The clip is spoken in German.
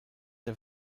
der